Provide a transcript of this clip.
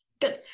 Good